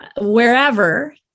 wherever